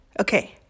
Okay